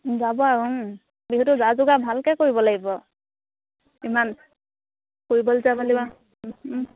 যাব আৰু বিহুটো যা যোগাৰ ভালকৈ কৰিব লাগিব ইমান ফুৰিবলৈ যাব লাগিব